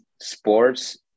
sports